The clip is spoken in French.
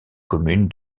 commune